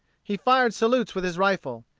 he fired salutes with his rifle.